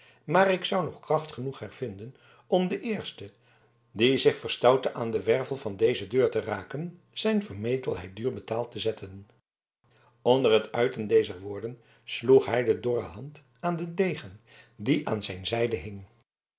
maar ik zou nog kracht genoeg hervinden om den eersten die zich verstoutte aan den wervel van deze deur te raken zijn vermetelheid duur betaald te zetten onder het uiten dezer woorden sloeg hij de dorre hand aan den degen die aan zijn